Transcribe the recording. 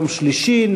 יום שלישי,